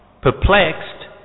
Perplexed